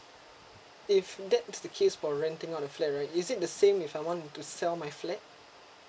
if that's the case for renting out the flat right is it the same if I want to sell my flat